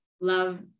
love